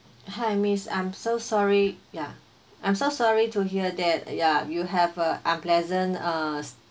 hi miss I'm so sorry ya I'm so sorry to hear that ya you have a unpleasant uh